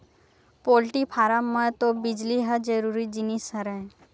poultry farm म तो बिजली ह जरूरी जिनिस हरय